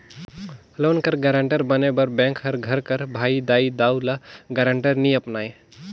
loan कर guarantor बने बर बेंक हर घर कर भाई, दाई, दाऊ, ल गारंटर नी अपनाए